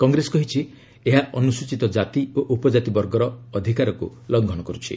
କଂଗ୍ରେସ କହିଛି ଏହା ଅନୁସ୍ଚିତ କ୍ରାତି ଓ ଉପଜାତି ବର୍ଗର ଅଧିକାରକୁ ଲଂଘନ କରୁଛି